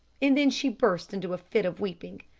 and then she burst into a fit of weeping.